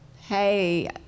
hey